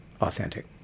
Authentic